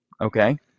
Okay